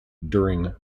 during